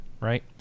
right